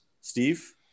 Steve